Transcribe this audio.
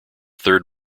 third